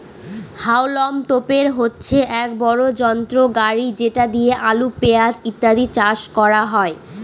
হাউলম তোপের হচ্ছে এক বড় যন্ত্র গাড়ি যেটা দিয়ে আলু, পেঁয়াজ ইত্যাদি চাষ করা হয়